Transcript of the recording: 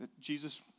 Jesus